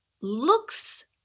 looks